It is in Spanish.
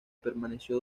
permaneció